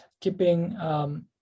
keeping